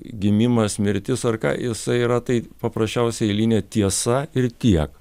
gimimas mirtis ar ką jisai yra tai paprasčiausia eilinė tiesa ir tiek